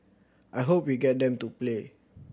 I hope we get them to play